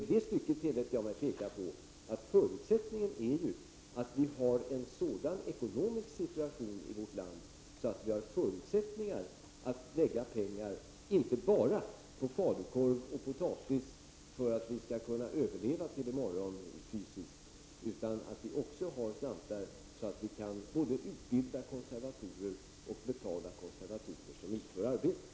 I det stycket tillät jag mig att peka på att förutsättningen är att vi har en sådan ekonomisk situation i vårt land att vi kan lägga pengar inte bara på falukorv och potatis för att vi fysiskt skall kunna överleva till i morgon, utan att vi har slantar så att vi kan både utbilda konservatorer och betala konservatorer som utför arbetet.